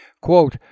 Quote